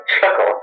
chuckle